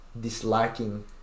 disliking